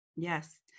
Yes